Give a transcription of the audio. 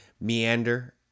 meander